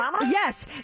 Yes